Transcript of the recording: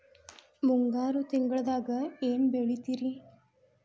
ಮುಂಗಾರು ತಿಂಗಳದಾಗ ಏನ್ ಬೆಳಿತಿರಿ?